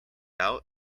out